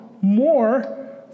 more